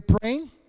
praying